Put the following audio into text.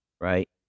right